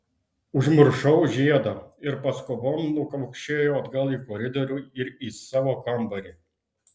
užmiršau žiedą ir paskubom nukaukšėjo atgal į koridorių ir į savo kambarį